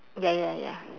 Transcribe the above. ya ya ya ya